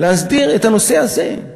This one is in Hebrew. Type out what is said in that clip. להסדיר את הנושא הזה.